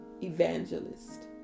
evangelist